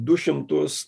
du šimtus